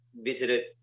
visited